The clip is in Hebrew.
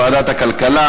לוועדת הכלכלה